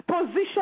position